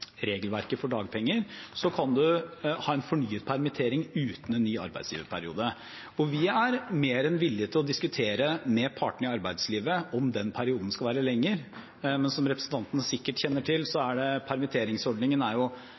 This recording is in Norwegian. regelverket for dagpenger – kan man ha en fornyet permittering uten en ny arbeidsgiverperiode. Vi er mer enn villig til å diskutere med partene i arbeidslivet om den perioden skal være lengre. Som representanten sikkert kjenner til, er permitteringsordningen delvis eid av staten, men først og fremst er det